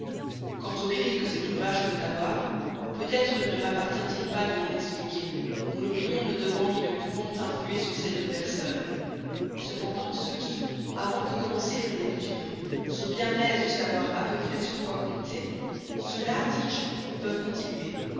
quant au mérite que cet ouvrage peut avoir peut-être ne mappartient il pas de m'en expliquer mon opinion ne devant ni ne pouvant influer sur celle de personne cependant ceux qui avant de commencer une lecture sont bien aises de savoir à peu près sur quoi compter ceux-là dis-je peuvent continuer